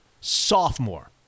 sophomore